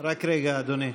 רק רגע, אדוני.